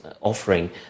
offering